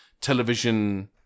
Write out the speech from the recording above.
Television